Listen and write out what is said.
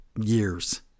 years